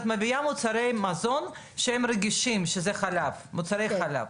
את מביאה מוצרי מזון שהם רגישים, שזה מוצרי חלב,